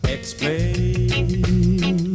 Explain